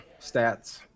stats